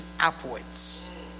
upwards